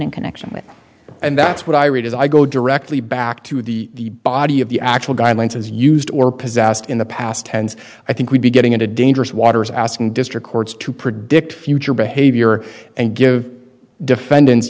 in connection with and that's what i read as i go directly back to the body of the actual guidelines as used or possessed in the past tense i think we'd be getting into dangerous waters asking district courts to produce dicked future behavior and give defendants